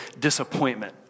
disappointment